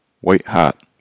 white-hot